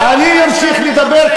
אני אמשיך לדבר,